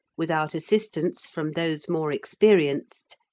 without assistance from those more experienced,